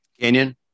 Canyon